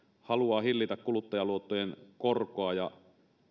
haluaa hillitä kuluttajaluottojen korkoa ja